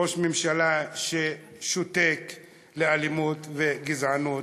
ראש ממשלה ששותק על אלימות ועל גזענות,